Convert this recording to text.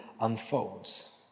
unfolds